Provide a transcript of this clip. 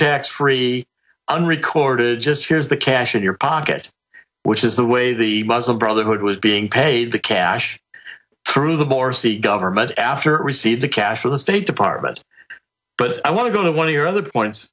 tax free unrecorded just here's the cash in your pocket which is the way the muslim brotherhood was being paid the cash through the bars the government after received the cash from the state department but i want to go to one of your other points